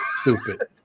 Stupid